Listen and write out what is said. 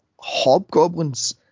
Hobgoblins